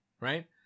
Right